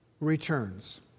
returns